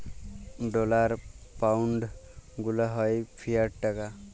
dollar, pound গুলা হ্যয় fiat টাকা